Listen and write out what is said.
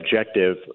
objective